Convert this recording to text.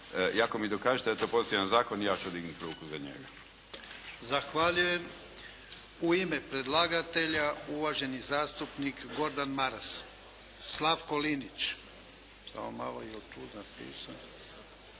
ako mi dokažete da je to pozitivan zakon ja ću dignuti ruku za njega. **Jarnjak, Ivan (HDZ)** Zahvaljujem. U ime predlagatelja uvaženi zastupnik Gordan Maras. Slavko Linić.